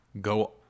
go